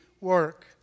work